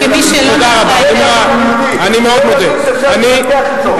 זה ימין שאפשר להתווכח אתו.